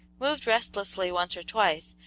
moved restlessly once or twice,